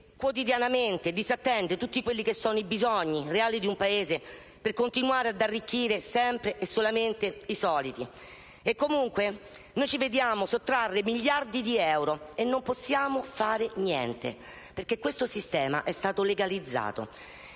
quotidianamente disattende tutti i bisogni reali del Paese per continuare ad arricchire sempre e solamente i soliti. Comunque, noi ci vediamo sottrarre miliardi di euro e non possiamo fare niente perché questo sistema è stato legalizzato.